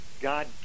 God